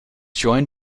joined